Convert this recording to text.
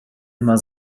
immer